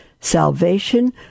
salvation